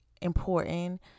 important